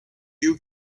you